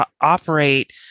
operate